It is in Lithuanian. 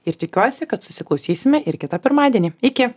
ir tikiuosi kad susiklausysime ir kitą pirmadienį iki